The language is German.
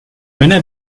männer